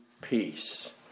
peace